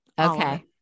Okay